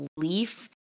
belief